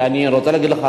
אני רוצה להגיד לך,